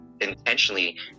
intentionally